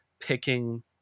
Picking